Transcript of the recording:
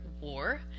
war